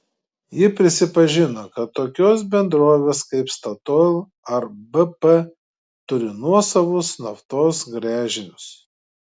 ji pripažino kad tokios bendrovės kaip statoil ar bp turi nuosavus naftos gręžinius